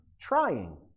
trying